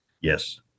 Yes